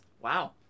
Wow